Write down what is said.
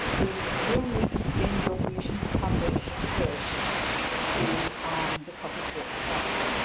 we, you will need to send your permission to publish, first to the copies direct staff.